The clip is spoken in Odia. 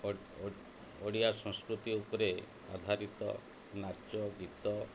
ଓଡ଼ିଆ ସଂସ୍କୃତି ଉପରେ ଆଧାରିତ ନାଚ ଗୀତ